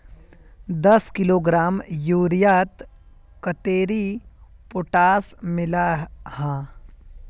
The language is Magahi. दस किलोग्राम यूरियात कतेरी पोटास मिला हाँ?